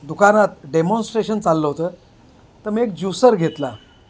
दुकानात डेमॉन्स्ट्रेशन चाललं होतं तर मी एक ज्युसर घेतला